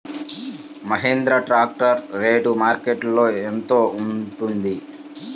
Mahindra tractor rate మార్కెట్లో యెంత ఉంటుంది?